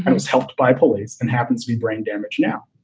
and was helped by police and happened to be brain damage. now,